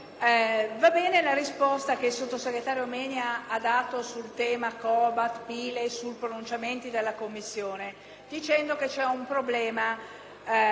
legato all'Unione europea, però l'articolo 6 contiene una proroga che rischia di ributtarci di nuovo